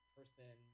person –